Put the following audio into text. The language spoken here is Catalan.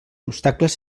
obstacles